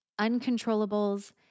uncontrollables